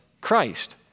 Christ